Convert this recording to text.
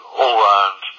all-round